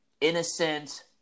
innocent